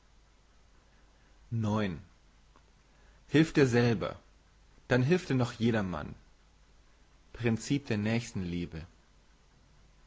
hilf dir selber dann hilft dir noch jedermann princip der nächstenliebe